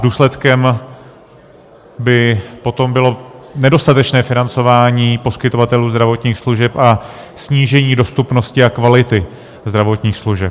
Důsledkem by potom bylo nedostatečné financování poskytovatelů zdravotních služeb a snížení dostupnosti a kvality zdravotních služeb.